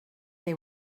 they